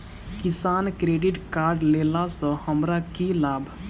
किसान credit card लेला सऽ हमरा की लाभ?